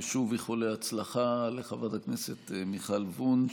ושוב, איחולי הצלחה לחברת הכנסת מיכל וונש.